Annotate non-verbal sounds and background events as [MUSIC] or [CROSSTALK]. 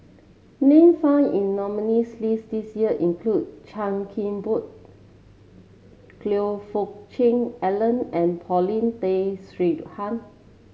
name found in nominees' list this year include Chan Kim Boon [UNINTELLIGIBLE] Fook Cheong Alan and Paulin Tay Straughan